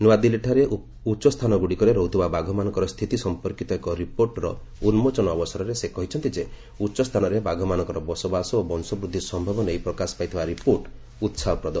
ନୂଆଦିଲ୍ଲୀଠାରେ ଉଚ୍ଚସ୍ଥାନଗୁଡ଼ିକରେ ରହୁଥିବା ବାଘମାନଙ୍କର ସ୍ଥିତି ସଂପର୍କିତ ଏକ ରିପୋର୍ଟର ଉନ୍ଜୋଚନ ଅବସରରେ ସେ କହିଛନ୍ତି ଯେ ଉଚ୍ଚସ୍ଥାନରେ ବାଘମାନଙ୍କର ବସବାସ ଓ ବଂଶବୃଦ୍ଧି ସୟବ ନେଇ ପ୍ରକାଶ ପାଇଥିବା ରିପୋର୍ଟ ଉତ୍ସାହପ୍ରଦ